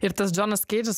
ir tas džonas keidžas